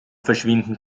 verschwinden